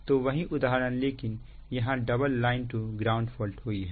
तो वही उदाहरण लेकिन यहां double line to ground fault हुई है